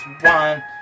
one